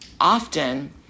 Often